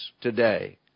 today